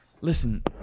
Listen